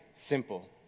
simple